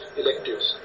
electives